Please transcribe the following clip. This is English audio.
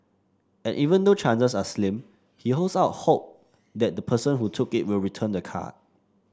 and even though chances are slim he holds out hope that the person who took it will return the card